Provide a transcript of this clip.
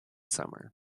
summer